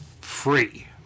free